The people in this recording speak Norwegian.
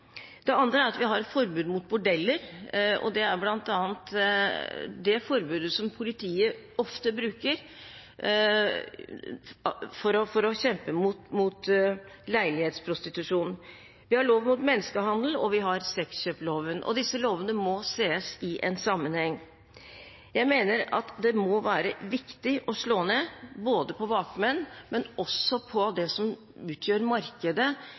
Det andre er at vi har et forbud mot bordeller, og det er bl.a. det forbudet politiet ofte bruker for å kjempe mot leilighetsprostitusjon. Vi har lov mot menneskehandel, og vi har sexkjøpsloven, og disse lovene må ses i en sammenheng. Jeg mener at det må være viktig å slå ned både på bakmenn og også på det som utgjør markedet,